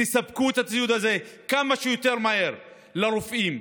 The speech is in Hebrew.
תספקו את הציוד הזה כמה שיותר מהר לרופאים,